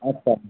আচ্ছা